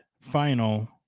final